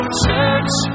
church